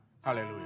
Hallelujah